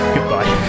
Goodbye